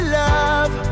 love